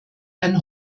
ein